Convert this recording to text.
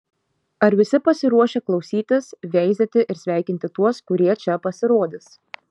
ar visi pasiruošę klausytis veizėti ir sveikinti tuos kurie čia pasirodys